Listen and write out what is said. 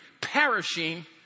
perishing